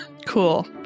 Cool